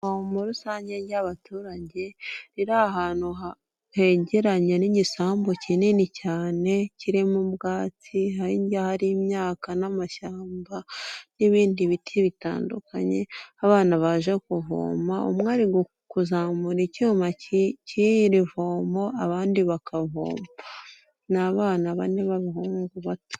Ivomero rusange ry'abaturage riri ahantu hegeranye n'igisambu kinini cyane kirimo ubwatsi, hirya hari imyaka n'amashyamba n'ibindi biti bitandukanye, abana baje kuvoma, umwe ari kuzamura icyuma cy'iri vomo undi akavoma ni abana bane b'abahungu bato.